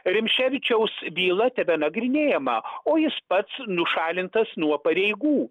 rimšėvičiaus byla tebenagrinėjama o jis pats nušalintas nuo pareigų